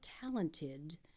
talented